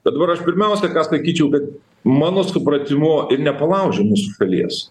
bet dabar aš pirmiausia ką sakyčiau kad mano supratimu ir nepalaužė mūsų šalies